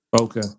Okay